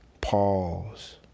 pause